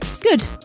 good